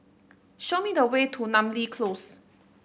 show me the way to Namly Close